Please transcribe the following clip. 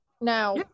Now